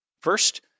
First